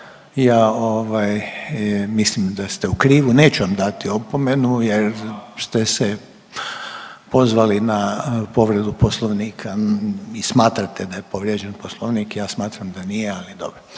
ovaj mislim da ste u krivu. Neću vam dati opomenu jer ste se pozvali na povredu Poslovnika i smatrate da je povrijeđen Poslovnik, ja smatram da nije ali dobro.